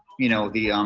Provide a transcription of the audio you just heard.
you know, the, um.